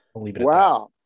Wow